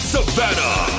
Savannah